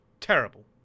terrible